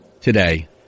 today